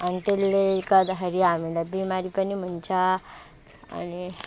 अनि त्यसले गर्दाखेरि हामीलाई बिमारी पनि हुन्छ अनि